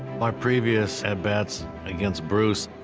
my previous at-bats against bruce,